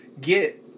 get